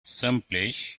someplace